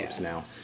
now